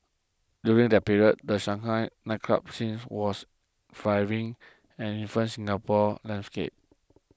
during that period the Shanghai nightclub scene was thriving and it influenced Singapore's landscape